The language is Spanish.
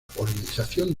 polinización